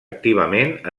activament